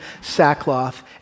sackcloth